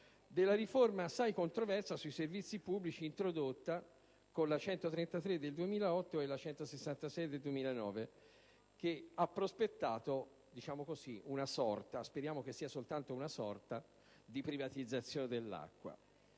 della riforma - assai controversa - sui servizi pubblici, introdotta con la legge n. 133 del 2008 e la legge n. 166 del 2009, che ha prospettato una sorta (speriamo sia solo una sorta) di privatizzazione dell'acqua.